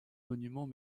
monuments